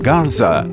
Garza